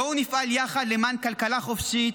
בואו נפעל יחד למען כלכלה חופשית,